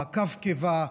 מעקף קיבה,